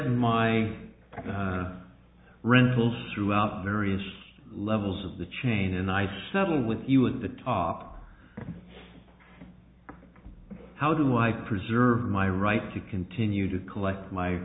my rentals throughout various levels of the chain and i settle with you at the top how do i preserve my right to continue to collect my